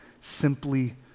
simply